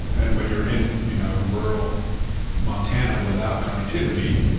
and when you're in you know rural montana without connectivity,